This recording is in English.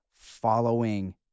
following